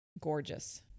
Gorgeous